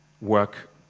work